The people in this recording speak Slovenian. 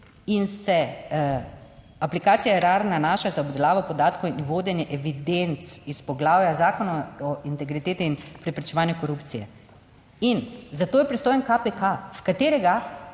in se aplikacije Erar nanaša za obdelavo podatkov in vodenje evidenc iz poglavja Zakona o integriteti in preprečevanju korupcije. In zato je pristojen KPK, v katerega,